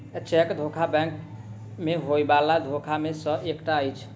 cheque धोखा bank मे होयबला धोखा मे सॅ एकटा अछि